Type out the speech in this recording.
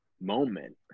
moment